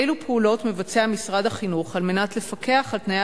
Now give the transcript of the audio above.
אילו פעולות מבצע משרד החינוך על מנת לפקח על תנאי